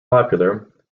popular